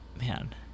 Man